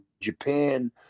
Japan